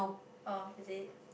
ah is it